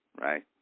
right